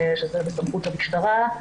שזה בסמכות המשטרה,